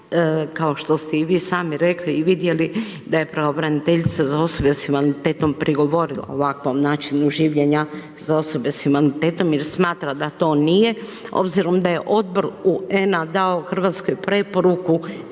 kao što ste i vi sami rekli i vidjeli da je pravobraniteljica za osobe s invaliditetom prigovorila ovakvom načinu življenja za osobe s invaliditetom jer smatra da to nije, obzirom da je odbor UN-a dao Hrvatskoj preporuku da to